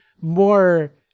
more